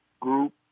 group